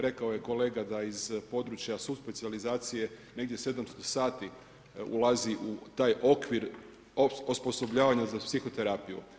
Rekao je kolega da iz područja subspecijalizacije negdje 700 sati ulazi u taj okvir osposobljavanja za psihoterapiju.